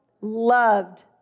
loved